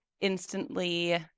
instantly